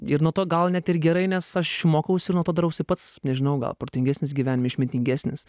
ir nuo to gal net ir gerai nes aš mokausi ir nuo to darausi pats nežinau gal protingesnis gyvenime išmintingesnis